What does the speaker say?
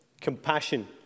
compassion